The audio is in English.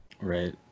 Right